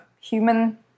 human